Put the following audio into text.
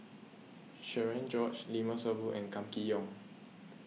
Cherian George Limat Sabtu and Kam Kee Yong